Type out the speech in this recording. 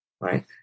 right